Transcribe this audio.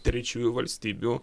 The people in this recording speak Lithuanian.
trečiųjų valstybių